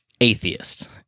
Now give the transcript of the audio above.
atheist